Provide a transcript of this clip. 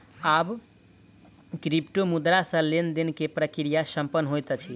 आब क्रिप्टोमुद्रा सॅ लेन देन के प्रक्रिया संपन्न होइत अछि